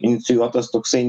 inicijuotas toksai